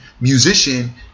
musician